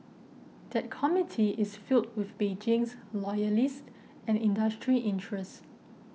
that committee is filled with Beijing loyalists and industry interests